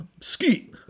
skeet